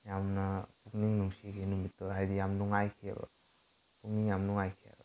ꯌꯥꯝꯅ ꯄꯨꯛꯅꯤꯡ ꯅꯨꯡꯁꯤꯈꯤ ꯅꯨꯃꯤꯠꯇꯣ ꯍꯥꯏꯗꯤ ꯌꯥꯝ ꯅꯨꯡꯉꯥꯏꯈꯤꯑꯕ ꯄꯨꯛꯅꯤꯡ ꯌꯥꯝ ꯅꯨꯡꯉꯥꯏꯈꯤꯕ